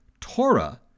Torah